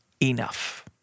enough